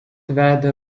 vedė